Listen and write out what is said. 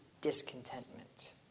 discontentment